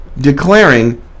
declaring